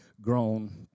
grown